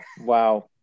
Wow